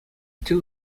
two